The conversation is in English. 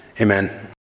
amen